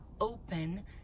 open